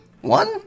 One